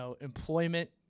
employment